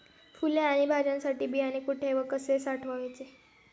फुले आणि भाज्यांसाठी बियाणे कुठे व कसे साठवायचे?